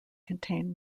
contain